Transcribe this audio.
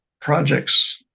projects